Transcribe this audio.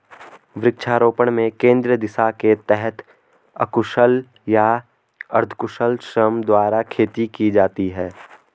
वृक्षारोपण में केंद्रीय दिशा के तहत अकुशल या अर्धकुशल श्रम द्वारा खेती की जाती है